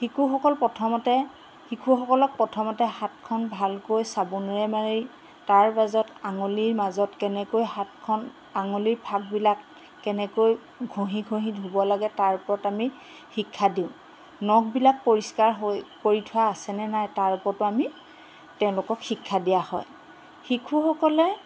শিশুসকল প্ৰথমতে শিশুসকলক প্ৰথমতে হাতখন ভালকৈ চাবোনেৰে মাৰি তাৰ মাজত আঙুলিৰ মাজত কেনেকৈ হাতখন আঙুলিৰ ফাকবিলাক কেনেকৈ ঘঁহি ঘঁহি ধুব লাগে তাৰ ওপৰত আমি শিক্ষা দিওঁ নখবিলাক পৰিষ্কাৰ হৈ কৰি থোৱা আছেনে নাই তাৰ ওপৰতো আমি তেওঁলোকক শিক্ষা দিয়া হয় শিশুসকলে